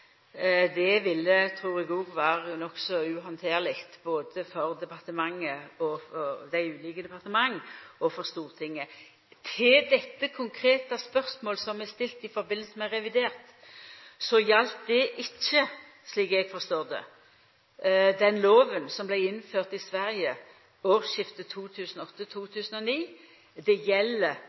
Det ville, trur eg, òg vera nokså uhandterleg både for dei ulike departementa og for Stortinget. Det konkrete spørsmålet som vart stilt i samband med revidert nasjonalbudsjett, gjaldt ikkje, slik eg forstår det, den lova som vart innført i Sverige årsskiftet 2008/2009. Det